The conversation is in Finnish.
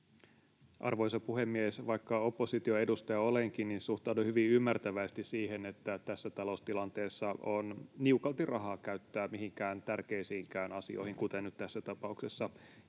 Arvoisa puhemies! Vaikka oppositioedustaja olenkin, suhtaudun hyvin ymmärtäväisesti siihen, että tässä taloustilanteessa on niukalti rahaa käyttää mihinkään tärkeisiinkään asioihin, kuten nyt tässä tapauksessa